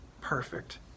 perfect